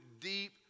deep